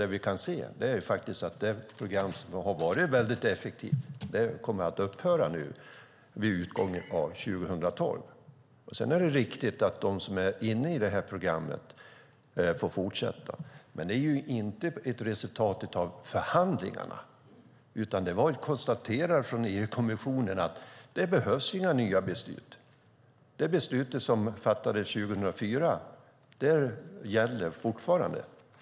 Det vi kan se är att det program som har varit väldigt effektivt nu kommer att upphöra vid utgången av 2012. Sedan är det riktigt att de som är inne i programmet får fortsätta. Men det är inte ett resultat av förhandlingarna. EU-kommissionen konstaterar att det inte behövs några nya beslut. Det beslut som fattades 2004 gäller fortfarande.